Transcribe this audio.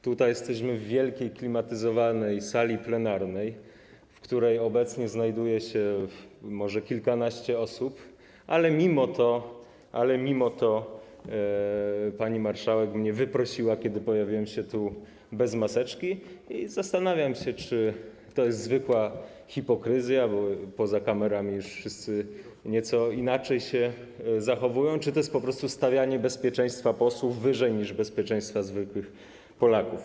Tutaj jesteśmy w wielkiej, klimatyzowanej sali plenarnej, w której obecnie znajduje się może kilkanaście osób, ale mimo to pani marszałek mnie wyprosiła, kiedy pojawiłem się tu bez maseczki, i zastanawiam się, czy to jest zwykła hipokryzja, bo poza kamerami już wszyscy nieco inaczej się zachowują, czy to jest po prostu stawianie bezpieczeństwa posłów wyżej niż bezpieczeństwa zwykłych Polaków.